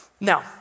Now